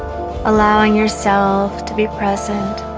allowing yourself to be present